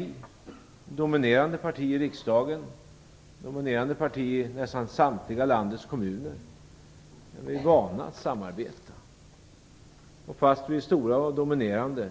Det är ett dominerande parti i riksdagen och i nästan samtliga kommuner i landet. Vi socialdemokrater är vana att samarbeta. Trots att vårt parti är stort och dominerande